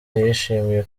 yishimiye